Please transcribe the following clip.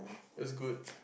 it was good